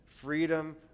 Freedom